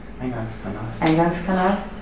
Eingangskanal